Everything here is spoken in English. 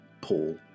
Paul